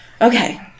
Okay